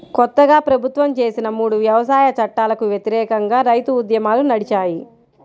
కొత్తగా ప్రభుత్వం చేసిన మూడు వ్యవసాయ చట్టాలకు వ్యతిరేకంగా రైతు ఉద్యమాలు నడిచాయి